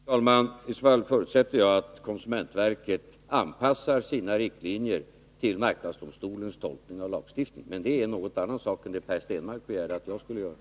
Herr talman! I så fall förutsätter jag att konsumentverket anpassar sina riktlinjer till marknadsdomstolens tolkning av lagstiftningen. Men det är något annat än det Per Stenmarck begärde att jag skulle göra.